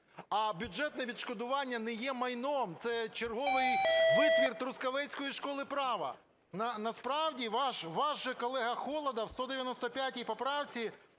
а бюджетне відшкодування не є майном. Це черговий витвір "трускавецької школи права". Насправді ваш же колега Холодов у 195 поправці